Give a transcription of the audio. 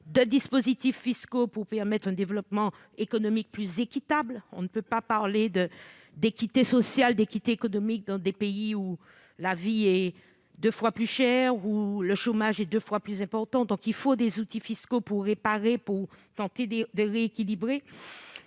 de dispositifs fiscaux pour permettre un développement économique plus équitable. On ne peut pas parler d'« équité sociale » ou d'« équité économique » dans des pays où la vie est deux fois plus chère et où le chômage est deux fois plus important. Il faut donc des outils fiscaux pour tenter de rééquilibrer.